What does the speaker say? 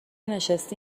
نشستی